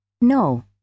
No